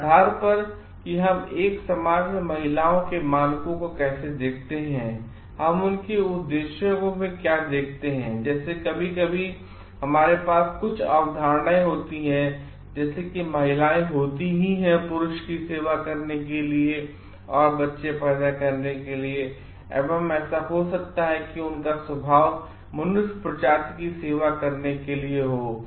इस आधार पर कि हम एक समाज में महिलाओं के मानकों को कैसे देखते हैं हम उनके उद्देश्यों को क्या देखते हैंजैसे कभी कभी हमारे पास कुछ अवधारणाएं होती हैं जैसे कि महिलाएं होती हैं पुरुष की सेवा करने के लिए और बच्चे पैदा करने के लिए एवं ऐसा हो सकता है की उनका स्वाभाव मनुष्य प्रजाति की सेवा करने के लिए हो